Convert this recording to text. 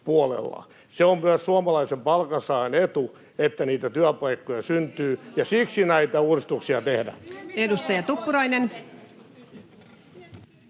Se on myös suomalaisen palkansaajan etu, että niitä työpaikkoja syntyy, ja siksi näitä uudistuksia tehdään. [Välihuutoja